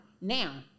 now